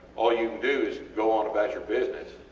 all you can do is go on about your business,